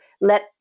let